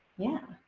yeah.